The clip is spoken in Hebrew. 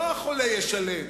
לא החולה ישלם,